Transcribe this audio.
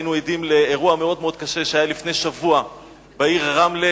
היינו עדים לאירוע מאוד קשה שהיה לפני שבוע בעיר רמלה,